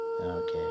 Okay